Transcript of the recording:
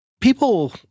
People